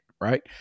right